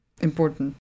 Important